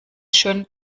schön